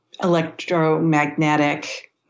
electromagnetic